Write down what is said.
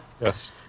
Yes